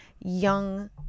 young